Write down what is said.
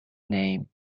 name